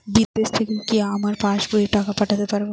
বিদেশ থেকে কি আমার পাশবইয়ে টাকা পাঠাতে পারবে?